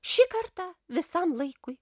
šį kartą visam laikui